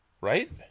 Right